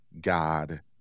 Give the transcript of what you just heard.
God